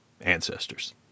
ancestors